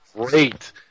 Great